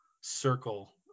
circle